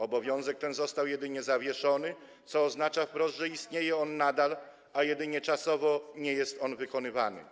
Obowiązek ten został jedynie zawieszony, co oznacza wprost, że istnieje on nadal, a jedynie czasowo nie jest wykonywany.